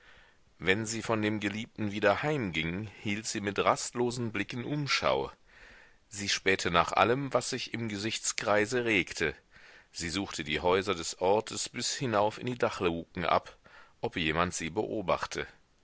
wenn sie von dem geliebten wieder heimging hielt sie mit rastlosen blicken umschau sie spähte nach allem was sich im gesichtskreise regte sie suchte die häuser des ortes bis hinauf in die dachluken ab ob jemand sie beobachte